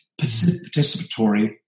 participatory